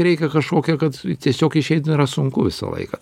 reikia kažkokio kad tiesiog išeit yra sunku visą laiką